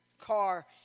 car